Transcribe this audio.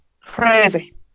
Crazy